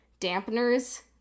dampeners